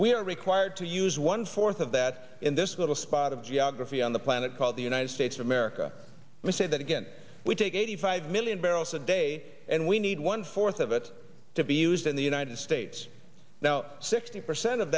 we are required to use one fourth of that in this little spot of geography on the planet called the united states of america we say that again we take eighty five million barrels a day and we need one fourth of it to be used in the united states now sixty percent of